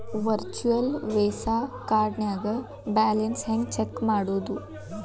Virtual visa ಕಾರ್ಡ್ನ್ಯಾಗ balance ಹೆಂಗ check ಮಾಡುದು?